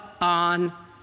on